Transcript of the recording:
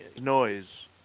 noise